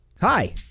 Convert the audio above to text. Hi